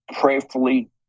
prayerfully